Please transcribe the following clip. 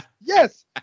yes